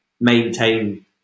maintain